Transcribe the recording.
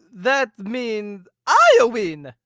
that mean. i win.